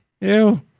Ew